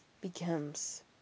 becomes